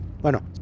Bueno